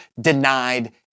denied